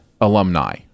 alumni